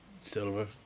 silver